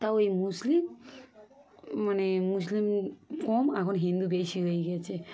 তা ওই মুসলিম মানে মুসলিম কম এখন হিন্দু বেশি হয়ে গিয়েছে